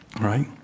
right